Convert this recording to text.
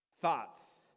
Thoughts